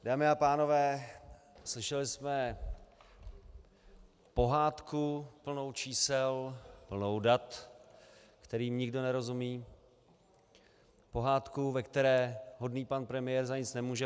Dámy a pánové, slyšeli jsme pohádku plnou čísel, plnou dat, kterým nikdo nerozumí, pohádku, ve které hodný pan premiér za nic nemůže.